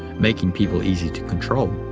making people easy to control.